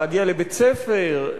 להגיע לבית-ספר,